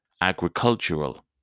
Agricultural